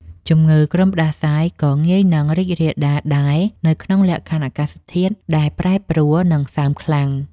ជំងឺគ្រុនផ្តាសាយក៏ងាយនឹងរីករាលដាលដែរនៅក្នុងលក្ខខណ្ឌអាកាសធាតុដែលប្រែប្រួល និងសើមខ្លាំង។